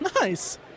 Nice